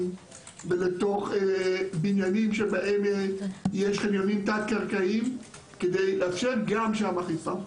ולתוך בניינים שבהם יש חניונים תת-קרקעיים כדי לאפשר גם שם אכיפה.